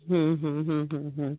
हम्म हम्म हम्म हम्म